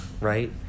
right